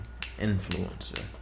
influencer